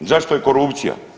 Zašto je korupcija?